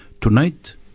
tonight